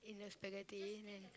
in the spaghetti then